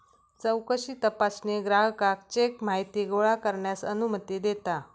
चौकशी तपासणी ग्राहकाक चेक माहिती गोळा करण्यास अनुमती देता